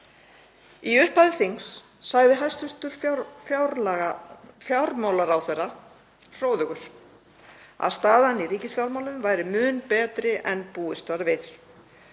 Í upphafi þings sagði hæstv. fjármálaráðherra hróðugur að staðan í ríkisfjármálum væri mun betri en búist var við.